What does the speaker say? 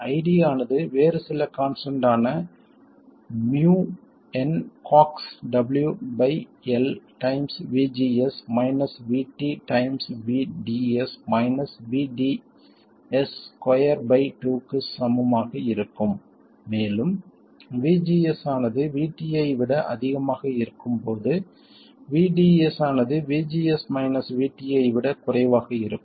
ID ஆனது வேறு சில கான்ஸ்டன்ட் ஆன munCoxW by L times VGS minus VT times VDS minus VDS square by two க்கு சமம் ஆக இருக்கும் மேலும் VGS ஆனது VT ஐ விட அதிகமாக இருக்கும் போது VDS ஆனது VGS மைனஸ் VT ஐ விட குறைவாக இருக்கும்